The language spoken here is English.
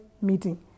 meeting